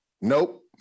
Nope